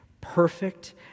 perfect